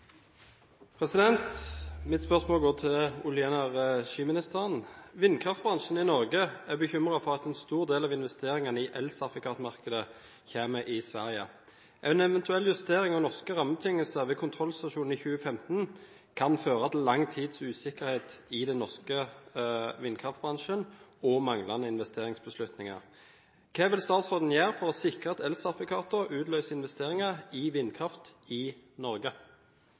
i Norge er bekymret for at en stor del av investeringene i elsertifikatmarkedet kommer i Sverige. En eventuell justering av norske rammebetingelser ved kontrollstasjonen i 2015 kan føre til lang tids usikkerhet i den norske vindkraftbransjen og manglende investeringsbeslutninger. Hva vil statsråden gjøre for å sikre at elsertifikatene utløser investeringer i vindkraft i Norge?»